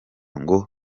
ngo